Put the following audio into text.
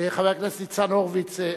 חבר הכנסת ניצן הורוביץ,